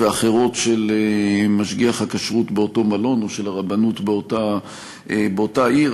ואחרות של משגיח הכשרות באותו מלון או של הרבנות באותה עיר.